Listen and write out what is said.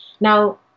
Now